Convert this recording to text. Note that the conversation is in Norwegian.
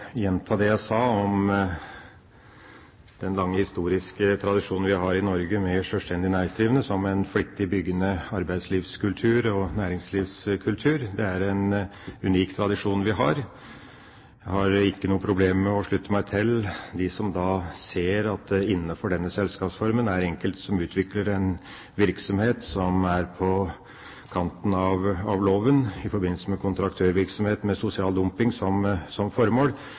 gjenta det jeg sa om den lange historiske tradisjonen vi har i Norge med sjølstendig næringsdrivende som en flittig byggende arbeidslivskultur og næringslivskultur. Det er en unik tradisjon vi har. Jeg har ikke noe problem med å slutte meg til dem som ser at det innenfor denne selskapsformen er enkelte som utvikler en virksomhet som er på kanten av loven i forbindelse med kontraktørvirksomhet med sosial dumping som formål.